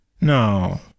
No